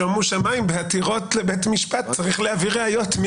שומו שמים, בעתירות לבית משפט צריך להביא ראיות.